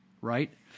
right